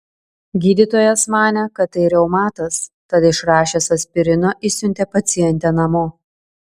gydytojas manė kad tai reumatas tad išrašęs aspirino išsiuntė pacientę namo